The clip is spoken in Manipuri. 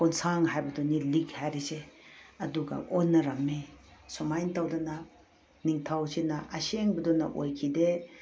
ꯀꯣꯟꯁꯥꯡ ꯍꯥꯏꯕꯗꯨꯅꯤ ꯂꯤꯛ ꯍꯥꯏꯔꯤꯁꯦ ꯑꯗꯨꯒ ꯑꯣꯟꯅꯔꯝꯃꯤ ꯁꯨꯃꯥꯏ ꯇꯧꯗꯅ ꯅꯤꯡꯊꯧꯁꯤꯅ ꯑꯁꯦꯡꯕꯗꯨꯅ ꯑꯣꯏꯈꯤꯗꯦ